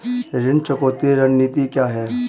ऋण चुकौती रणनीति क्या है?